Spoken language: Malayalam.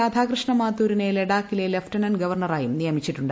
രാധാകൃഷ്ണ മാത്തൂരിനെ ലഡാക്കിലെ ലഫ്റ്റ്നന്റ് ഗവർണറായും നിയമിച്ചിട്ടുണ്ട്